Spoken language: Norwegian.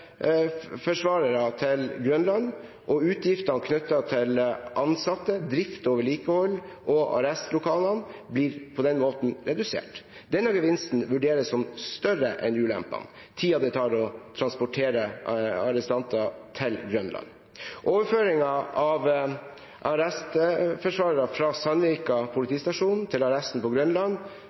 til Grønland, og utgiftene knyttet til ansatte, drift, vedlikehold og arrestlokalene blir på den måten redusert. Denne gevinsten vurderes som større enn ulempene, tiden det tar å transportere arrestanter til Grønland. Overføringen av arrestforvarere fra Sandvika politistasjon til arresten på Grønland